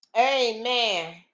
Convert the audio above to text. amen